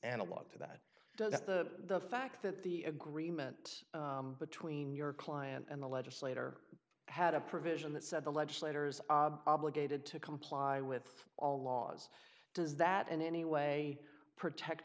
analog to that does the fact that the agreement between your client and the legislator had a provision that said the legislators are obligated to comply with all laws does that in any way protect